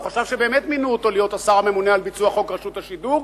הוא חשב שבאמת מינו אותו להיות השר הממונה על ביצוע חוק רשות השידור.